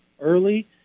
early